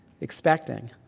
expecting